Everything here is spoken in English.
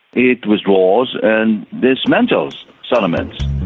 it withdraws and dismantles settlements.